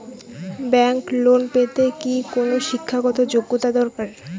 Bank loan পেতে কি কোনো শিক্ষা গত যোগ্য দরকার?